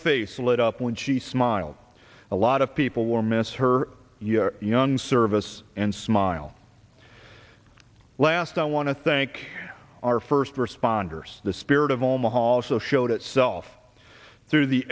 face lit up when she smiled a lot of people will miss her young service and smile last i want to thank our first responders the spirit of omaha also showed itself through the